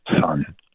son